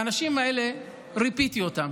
האנשים האלה ריפאתי אותם,